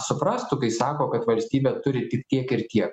suprastų kai sako kad valstybė turi tik tiek ir tie